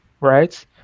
right